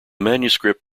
manuscript